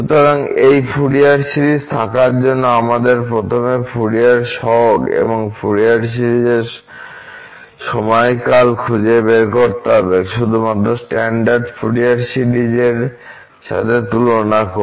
সুতরাং এই Fourier series থাকার জন্য আমাদের প্রথমে ফুরিয়ার সহগ এবং ফুরিয়ার সিরিজের সময়কাল খুঁজে বের করতে হবে শুধুমাত্র স্ট্যান্ডার্ড ফুরিয়ার সিরিজের সাথে তুলনা করে